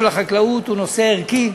הנושא של חקלאות הוא נושא ערכי,